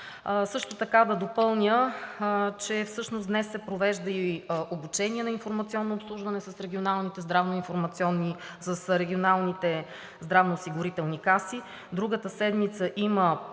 Също така до допълня, че днес се провежда и обучение на „Информационно обслужване“ с регионалните здравноосигурителни каси. Другата седмица има